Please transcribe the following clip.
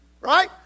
Right